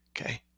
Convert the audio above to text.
Okay